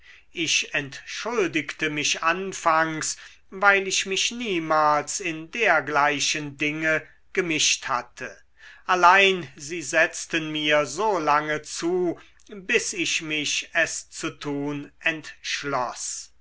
ich entschuldigte mich anfangs weil ich mich niemals in dergleichen dinge gemischt hatte allein sie setzten mir so lange zu bis ich mich es zu tun entschloß